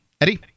Eddie